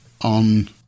on